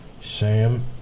Sam